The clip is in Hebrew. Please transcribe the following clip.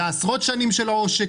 זה עשרות שנים של עושק,